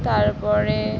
তারপরে